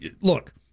look